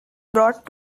brought